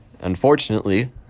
Unfortunately